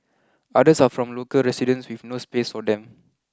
others are from local residents with no space for them